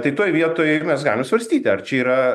tai toj vietoj mes galim svarstyti ar čia yra